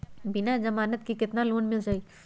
बिना जमानत के केतना लोन मिल जाइ?